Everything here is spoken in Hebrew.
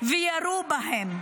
וירו בהם.